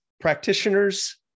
practitioners